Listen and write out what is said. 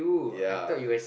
ya